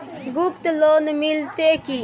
Group loan मिलतै की?